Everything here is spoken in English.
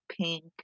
pink